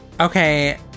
Okay